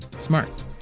Smart